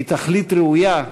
היא תכלית ראויה,